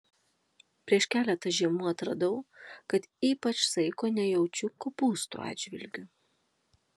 prieš keletą žiemų atradau kad ypač saiko nejaučiu kopūstų atžvilgiu